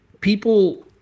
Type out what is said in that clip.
people